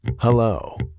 Hello